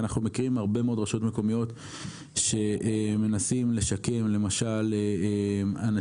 אנחנו מכירים הרבה מאוד רשויות מקומיות שמנסות לשקם למשל אנשים